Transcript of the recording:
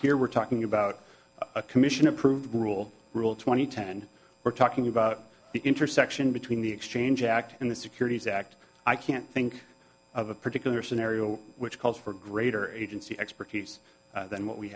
here we're talking about a commission approved rule rule twenty ten we're talking about the intersection between the exchange act and the securities act i can't think of a particular scenario which calls for greater agency expertise than what we